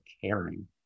caring